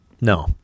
No